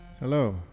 Hello